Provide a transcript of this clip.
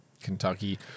Kentucky